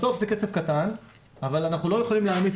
בסוף זה כסף קטן אבל אנחנו לא יכולים להעמיס